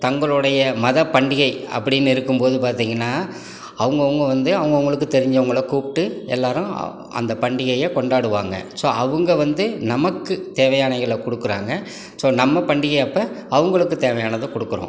தங்களுடைய மத பண்டிகை அப்படின்னு இருக்கும்போது பார்த்திங்கனா அவங்க அவங்க வந்து அவங்கஅவங்களுக்கு தெரிஞ்சவங்களை கூப்பிட்டு எல்லாரும் அந்த பண்டிகையை கொண்டாடுவாங்க ஸோ அவங்க வந்து நமக்கு தேவையானயில கொடுக்குறாங்க ஸோ நம்ம பண்டிகை அப்போ அவங்களுக்கு தேவையானதை கொடுக்கறோம்